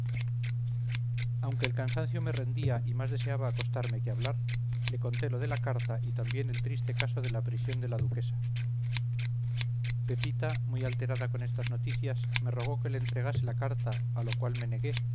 aunque el cansancio me rendía y más deseaba acostarme que hablar le conté lo de la carta y también el triste caso de la prisión de la duquesa pepita muy alterada con estas noticias me rogó que le entregase la carta a lo cual me negué